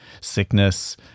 sickness